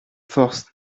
forces